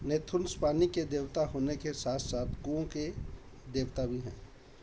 Nethuns पानी के देवता होने के साथ साथ कुओं के देवता भी हैं